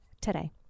today